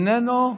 איננו,